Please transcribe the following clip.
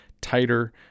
tighter